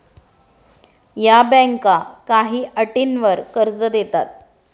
या बँका काही अटींवर कर्ज देतात